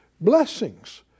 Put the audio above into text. blessings